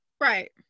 Right